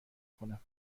کنم